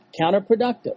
counterproductive